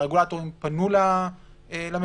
הרגולטורים פנו למפוקחים?